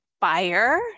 fire